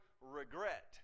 regret